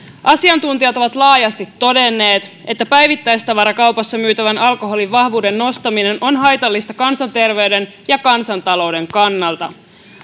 asiantuntijat ovat laajasti todenneet että päivittäistavarakaupassa myytävän alkoholin vahvuuden nostaminen on haitallista kansanterveyden ja kansantalouden kannalta